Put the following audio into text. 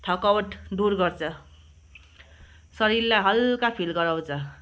थकावट दूर गर्छ शरीरलाई हल्का फिल गराउँछ